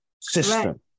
system